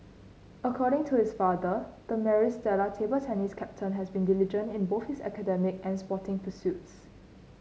according to his father the Maris Stella table tennis captain has been diligent in both his academic and sporting pursuits